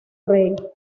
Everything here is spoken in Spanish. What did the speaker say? rey